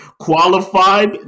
qualified